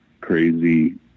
crazy